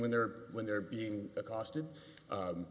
when they're when they're being accosted